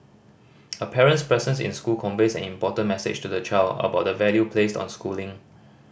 a parent's presence in school conveys an important message to the child about the value placed on schooling